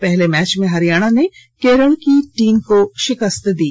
पहले मैच में हरियाणा ने केरल की टीम को शिकस्त दी